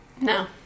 No